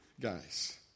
guys